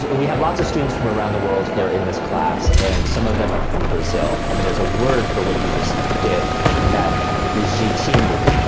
we have lots of students from around the world who are in this class, and some of them are from brazil. and there's a word for what you just did. and that is jichino.